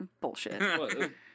Bullshit